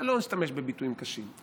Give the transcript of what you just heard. לא אשתמש בביטויים קשים,